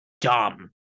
dumb